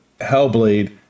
Hellblade